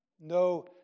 No